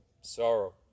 sorrow